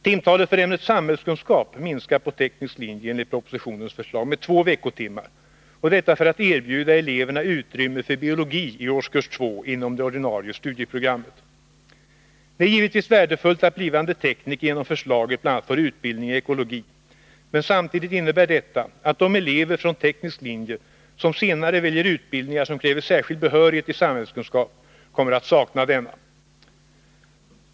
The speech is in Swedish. Timtalet för ämnet samhällskunskap minskar på teknisk linje enligt propositionens förslag med 2 veckotimmar för att erbjuda eleverna utrymme för biologi i årskurs 2 inom det ordinarie studieprogrammet. Det är givetvis värdefullt att blivande tekniker genom förslaget bl.a. får utbildning i ekologi, men samtidigt innebär detta att de elever från teknisk linje som senare väljer utbildningar, som kräver särskild behörighet i samhällskunskap, kommer att sakna denna.